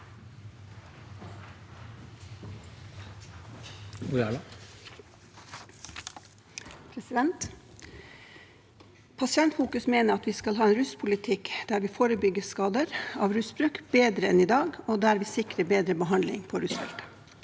Pasientfokus mener at vi skal ha en ruspolitikk der vi forebygger skader av rusbruk bedre enn i dag, og der vi sikrer bedre behandling på rusfeltet.